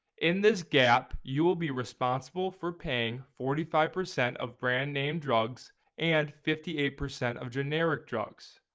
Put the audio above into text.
in this gap you will be responsible for paying forty-five percent of brand-name drugs and fifty-eight percent of generic drugs.